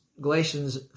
Galatians